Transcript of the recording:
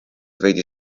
veidi